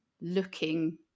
looking